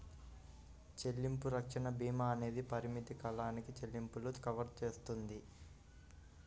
చెల్లింపు రక్షణ భీమా అనేది పరిమిత కాలానికి చెల్లింపులను కవర్ చేస్తుంది